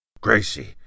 Gracie